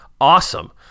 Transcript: awesome